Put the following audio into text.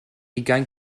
ugain